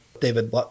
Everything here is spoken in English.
David